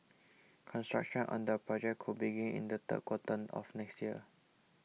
construction on the project could begin in the third quarter of next year